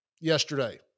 yesterday